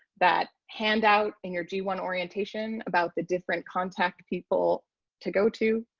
that handout in your g one orientation about the different contact people to go to,